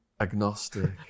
agnostic